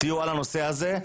שתהיו על הנושא הזה.